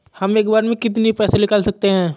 हम एक बार में कितनी पैसे निकाल सकते हैं?